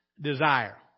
desire